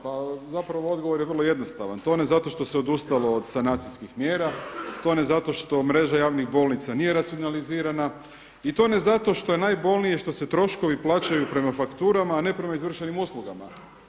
Pa zapravo odgovor je vrlo jednostavan, tone zato to se odustalo od sanacijskih mjera, tone zato što mreža javnih bolnica nije racionalizirana i tone zato što je najbolnije što se troškovi plaćaju prema fakturama a ne prema izvršenim uslugama.